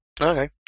Okay